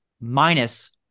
minus